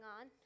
on